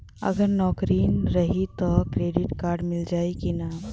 अगर नौकरीन रही त क्रेडिट कार्ड मिली कि ना?